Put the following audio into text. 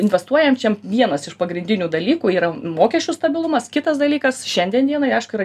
investuojančiam vienas iš pagrindinių dalykų yra mokesčių stabilumas kitas dalykas šiandien dienai aišku yra